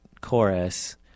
chorus